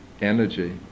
energy